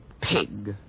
pig